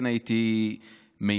כן הייתי מייעל,